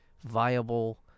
viable